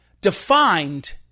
defined